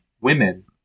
women